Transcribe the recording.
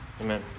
Amen